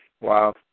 Wow